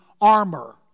armor